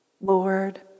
Lord